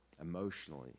emotionally